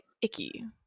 icky